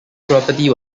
property